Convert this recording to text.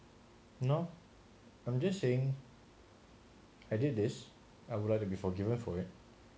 no I'm just saying I did this I would rather be forgiven for it